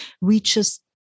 reaches